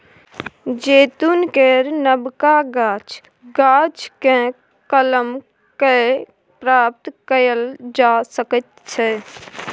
जैतून केर नबका गाछ, गाछकेँ कलम कए प्राप्त कएल जा सकैत छै